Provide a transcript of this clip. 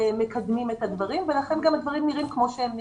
מקדמים את הדברים ולכן גם הדברים נראים כמו שהם נראים.